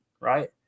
right